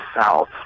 South